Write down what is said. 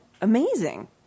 Amazing